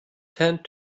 tend